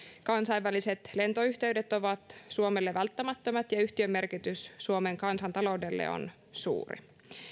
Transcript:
kansainväliset lentoyhteydet ovat suomelle välttämättömät ja yhtiön merkitys suomen kansantaloudelle on suuri